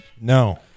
No